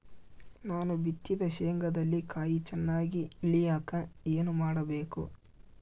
ನಾನು ಬಿತ್ತಿದ ಶೇಂಗಾದಲ್ಲಿ ಕಾಯಿ ಚನ್ನಾಗಿ ಇಳಿಯಕ ಏನು ಮಾಡಬೇಕು?